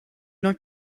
not